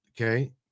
okay